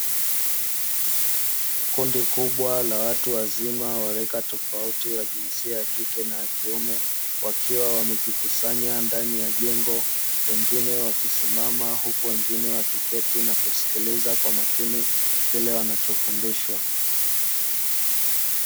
Kundi la watu wazima wa rika tofauti wa jinsia ya kike na kiume wakiwa wamejikusanya ndani ya jengo, wengine wakisimama huku wengine wakiketi na kusikiliza kwa makini kile wanachofundishwa.